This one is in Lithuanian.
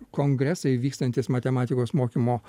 kongresai vykstantys matematikos mokymo